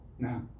Now